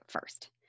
first